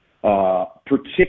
Particularly